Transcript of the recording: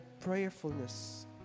prayerfulness